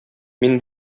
мин